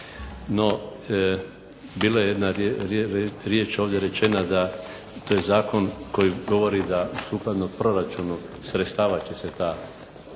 No, bila je jedna riječ ovdje rečena da to je zakon koji govori da sukladno proračunu sredstava će se taj